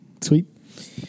Sweet